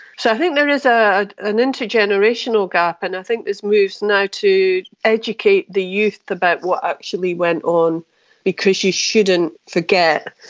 so i think there is ah an intergenerational gap and i think this moves now to educate the youth about what actually went on because you shouldn't forget.